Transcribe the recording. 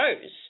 shows